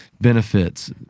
Benefits